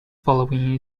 following